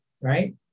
right